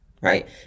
right